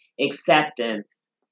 acceptance